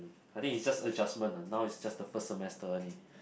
I think is just adjustment lah now is just the first semester only